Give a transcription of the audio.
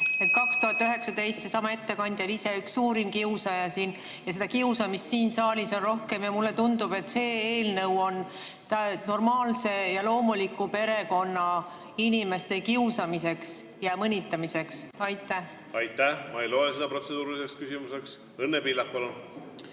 2019 seesama ettekandja oli ise üks suurimaid kiusajaid siin. Seda kiusamist siin saalis on rohkem ja mulle tundub, et see eelnõu on normaalse ja loomuliku perekonna, inimeste kiusamiseks ja mõnitamiseks. Aitäh! Ma ei loe seda protseduuriliseks küsimuseks. Õnne Pillak, palun!